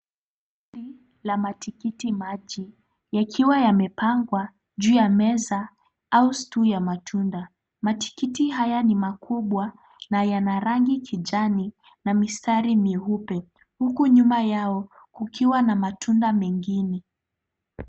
..,la matikiti maji, yakiwa yamepangwa juu ya meza au store ya matunda. Matikiti haya ni makubwa,a yana rangi kijani na misitari mieupe. Huku nyuma yao, kukuwa na matunda mengine.